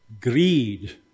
greed